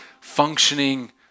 functioning